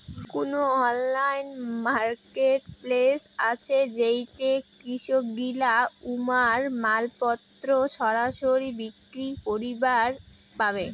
কুনো online marketplace আছে যেইঠে কৃষকগিলা উমার মালপত্তর সরাসরি বিক্রি করিবার পারে?